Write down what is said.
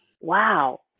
Wow